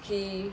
she